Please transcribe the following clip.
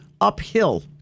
uphill